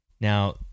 Now